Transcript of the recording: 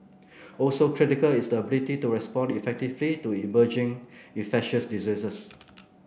also critical is the ability to respond effectively to emerging infectious diseases